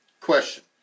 Question